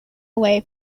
away